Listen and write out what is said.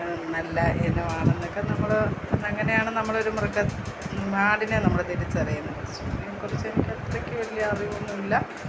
നല്ല ഇനമാണെന്നൊക്കെ നമ്മൾ അങ്ങനെയാണ് നമ്മൾ ഒരു മൃഗ ആടിനെ നമ്മൾ തിരിച്ചറിയുന്നത് ക്കുറിച്ച് എനിക്ക് അത്രയ്ക്കു വലിയ അറിവൊന്നുമില്ല